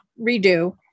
redo